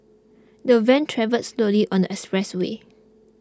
the van travelled slowly on the expressway